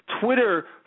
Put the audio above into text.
Twitter